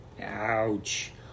Ouch